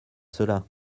cela